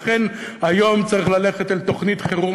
לכן היום צריך ללכת אל תוכנית חירום,